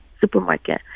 supermarket